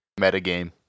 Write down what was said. Metagame